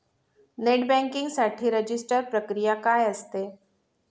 Net banking साठी register प्रक्रिया काय असते?